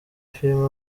filime